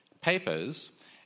papers